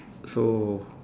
so